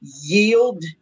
yield